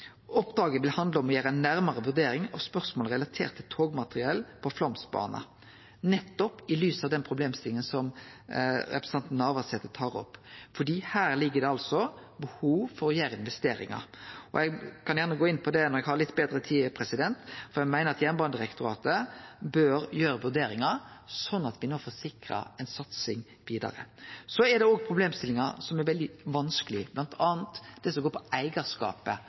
vil handle om å gjere ei nærare vurdering av spørsmålet relatert til togmateriell på Flåmsbana, nettopp i lys av den problemstillinga som representanten Navarsete tar opp, for her ligg det behov for å gjere investeringar. Eg kan gjerne gå inn på det når eg har litt betre tid, for eg meiner at Jernbanedirektoratet bør gjere vurderingar slik at me no får sikra ei satsing vidare. Det er òg problemstillingar som er veldig vanskelege, bl.a. det som går på eigarskapet